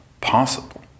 possible